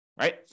right